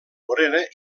morera